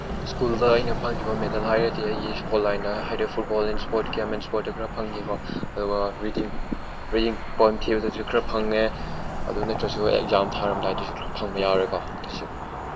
ꯁ꯭ꯀꯨꯜꯗ ꯑꯩꯅ ꯐꯪꯈꯤꯕ ꯃꯦꯗꯜ ꯍꯥꯏꯔꯗꯤ ꯑꯩꯒꯤ ꯏꯁꯄꯣꯔꯠ ꯂꯥꯏꯟꯗ ꯍꯥꯏꯔꯤꯕ football and sport game and ꯏꯁꯄꯣꯔꯠꯇ ꯈꯔ ꯐꯪꯈꯤꯀꯣ ꯑꯗꯨꯒ ꯔꯤꯗꯤꯡ ꯔꯤꯗꯤꯡ ꯄꯣꯏꯝ ꯊꯤꯕꯗꯁꯨ ꯈꯔ ꯐꯪꯉꯦ ꯑꯗꯨ ꯅꯠꯇ꯭ꯔꯁꯨ ꯑꯩ ꯑꯦꯛꯖꯥꯝ ꯑꯃ ꯊꯥꯔꯝꯗꯥꯏꯗꯁꯨ ꯈꯔ ꯐꯪꯕ ꯌꯥꯎꯔꯦꯀꯣ